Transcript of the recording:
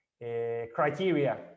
criteria